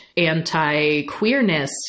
anti-queerness